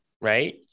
Right